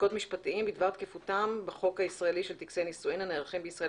ספקות משפטיים בדבר תקפותם בחוק הישראלי של טקסי נישואים הנערכים בישראל